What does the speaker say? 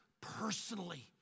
personally